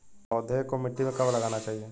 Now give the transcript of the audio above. पौधे को मिट्टी में कब लगाना चाहिए?